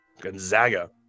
Gonzaga